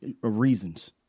reasons